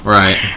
right